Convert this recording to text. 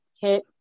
hit